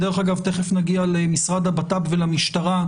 דרך אגב, תיכף נגיע למשרד הבט"פ ולמשטרה,